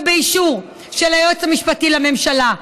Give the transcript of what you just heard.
ובאישור של היועץ המשפטי לממשלה.